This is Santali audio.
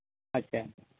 ᱟᱪᱪᱷᱟ